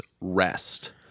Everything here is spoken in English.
rest